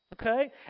Okay